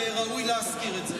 וראוי להזכיר את זה.